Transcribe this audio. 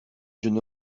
jeune